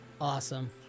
awesome